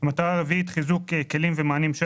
המטרה הרביעית היא חיזוק כלים ומענים של